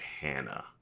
Hannah